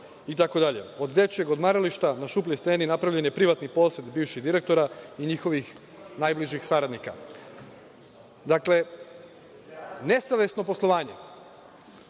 itd. Od dečijeg odmarališta na Šupljoj steni napravljen je privatni posed bivšeg direktora i njihovih najbližih saradnika. Dakle, nesavesno poslovanje,